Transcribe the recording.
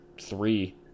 three